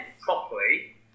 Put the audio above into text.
properly